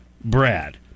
Brad